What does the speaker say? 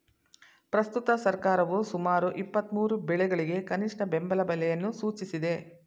ಪ್ರಸ್ತುತ ಸರ್ಕಾರವು ಸುಮಾರು ಇಪ್ಪತ್ಮೂರು ಬೆಳೆಗಳಿಗೆ ಕನಿಷ್ಠ ಬೆಂಬಲ ಬೆಲೆಯನ್ನು ಸೂಚಿಸಿದೆ